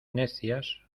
necias